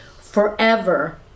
forever